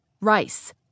rice